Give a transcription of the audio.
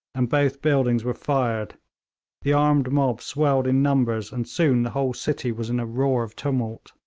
and both buildings were fired the armed mob swelled in numbers, and soon the whole city was in a roar of tumult.